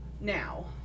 now